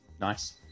Nice